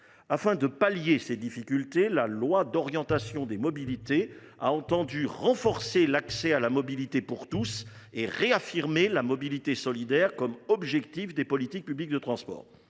Afin de pallier ces difficultés, la loi du 24 décembre 2019 d’orientation des mobilités, dite LOM, a entendu renforcer l’accès à la mobilité pour tous et réaffirmer la mobilité solidaire comme objectifs des politiques publiques de transport.